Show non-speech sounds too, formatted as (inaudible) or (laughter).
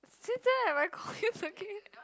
since when have I call (laughs) him turkey